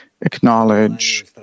acknowledge